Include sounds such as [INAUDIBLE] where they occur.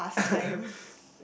[LAUGHS]